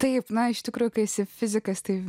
taip na iš tikrųjų kai esi fizikas tai